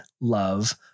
love